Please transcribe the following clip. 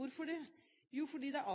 Hvorfor det? Jo, fordi det er